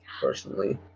personally